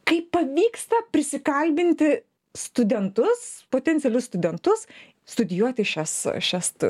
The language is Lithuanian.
kaip pavyksta prisikalbinti studentus potencialius studentus studijuoti šias šias st